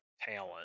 talent